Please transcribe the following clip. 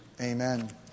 Amen